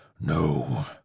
no